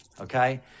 Okay